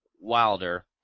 Wilder